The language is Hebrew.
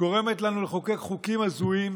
גורמת לנו לחוקק חוקים הזויים,